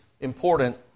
important